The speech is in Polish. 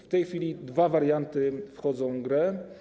W tej chwili dwa warianty wchodzą w grę.